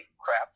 crap